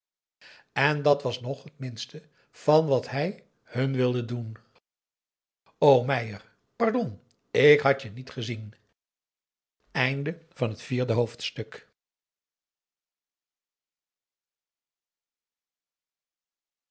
en dat was nog het minste van wat hij hun wilde doen o meier pardon ik had je niet gezien p a